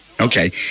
Okay